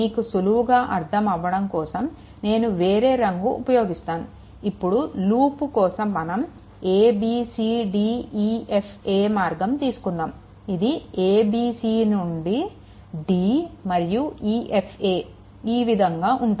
మీకు సులువుగా అర్థం అవ్వడం కోసం నేను వేరే రంగు ఉపయోగిస్తాను ఇప్పుడు లూప్ కోసం మనం a b c d e f a మార్గం తీసుకుందాము ఇది a b c నుండి d మరియు e f a ఈ విధంగా ఉంటుంది